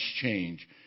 change